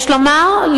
יש לומר,